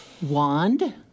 Wand